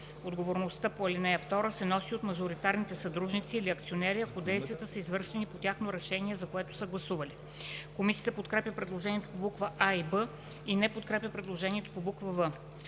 „Отговорността по ал. 2 се носи от мажоритарните съдружници или акционери, ако действията са извършени по тяхно решение, за което са гласували.“ Комисията подкрепя предложението по букви „а” и „б” и не подкрепя предложението по буква